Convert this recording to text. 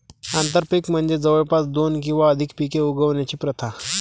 आंतरपीक म्हणजे जवळपास दोन किंवा अधिक पिके उगवण्याची प्रथा